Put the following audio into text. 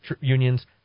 unions